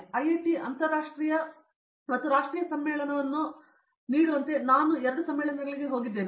IIT ಅಂತರರಾಷ್ಟ್ರೀಯ ಮತ್ತು ರಾಷ್ಟ್ರೀಯ ಸಮ್ಮೇಳನವನ್ನು ನೀಡುವಂತೆ ನಾನು ಎರಡು ಸಮ್ಮೇಳನಗಳಿಗೆ ಹೋಗಿದ್ದೇನೆ